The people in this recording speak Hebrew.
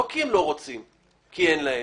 לא כי הם לא רוצים אלא כי אין להם.